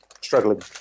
struggling